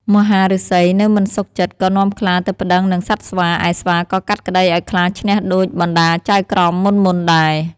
មហាឫសីនៅមិនសុខចិត្ត ក៏នាំខ្លាទៅប្តឹងនឹងសត្វស្វា ឯស្វាក៏កាត់ក្តីឱ្យខ្លាឈ្នះដូចបណ្តាចៅក្រមមុនៗដែរ។